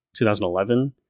2011